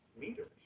meters